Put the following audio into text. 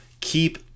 keep